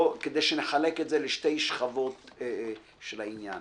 כדי שנחלק את זה לשתי שכבות של העניין: